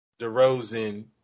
DeRozan